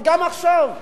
גם עכשיו,